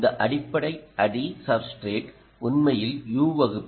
இந்த அடிப்படை அடி சப்ஸ்டிரேட் உண்மையில் U வகுப்பு